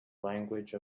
language